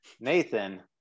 Nathan